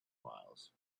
miles